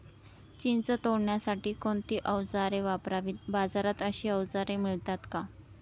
चिंच तोडण्यासाठी कोणती औजारे वापरावीत? बाजारात अशी औजारे मिळतात का?